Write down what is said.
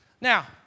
now